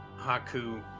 Haku